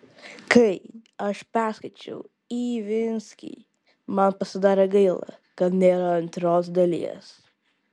kai aš perskaičiau ivinskį man pasidarė gaila kad nėra antros dalies